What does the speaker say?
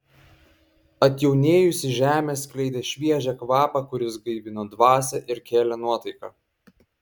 atjaunėjusi žemė skleidė šviežią kvapą kuris gaivino dvasią ir kėlė nuotaiką